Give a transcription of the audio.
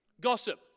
Gossip